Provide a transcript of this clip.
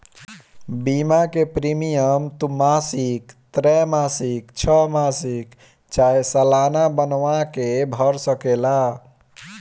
बीमा के प्रीमियम तू मासिक, त्रैमासिक, छमाही चाहे सलाना बनवा के भर सकेला